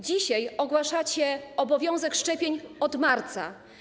Dzisiaj ogłaszacie obowiązek szczepień od marca.